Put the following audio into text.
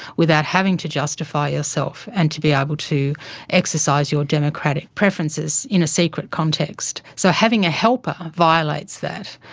without having to justify yourself, and to be able to exercise your democratic preferences in a secret context. so having a helper violates that.